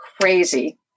crazy